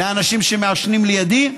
לאנשים שמעשנים לידי,